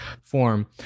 form